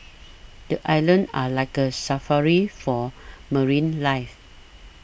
the islands are like a safari for marine life